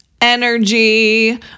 energy